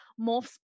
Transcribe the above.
morphs